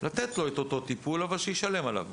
לתת לו את אותו טיפול אבל שישלם עליו.